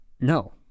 No